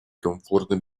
комфортным